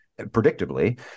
predictably